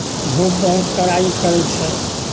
धूप बहुत कड़ाइ करै छै